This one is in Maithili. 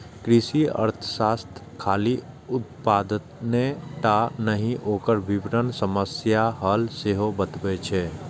कृषि अर्थशास्त्र खाली उत्पादने टा नहि, ओकर वितरण समस्याक हल सेहो बतबै छै